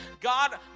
God